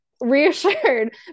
reassured